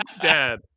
Dad